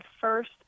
first